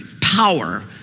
power